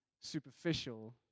superficial